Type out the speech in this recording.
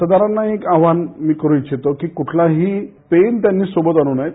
मतदारांना एक आवाहन मी करू इच्छितो कि क्ढलाही पेन त्यांनी सोबत आणू नये